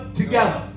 together